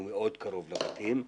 מאוד קרוב לבתים.